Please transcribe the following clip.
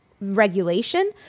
regulation